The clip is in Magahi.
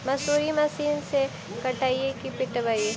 मसुरी मशिन से कटइयै कि पिटबै?